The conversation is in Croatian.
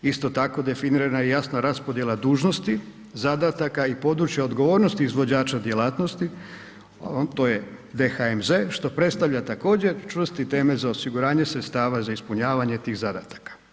Isto tako, definirana je jasna raspodjela dužnosti zadataka i područja odgovornosti izvođača djelatnosti to je DHMZ što predstavlja također čvrsti temelj za osiguranje sredstava za ispunjavanje tih zadataka.